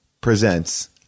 Presents